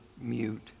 mute